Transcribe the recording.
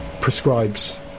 prescribes